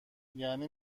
یعنی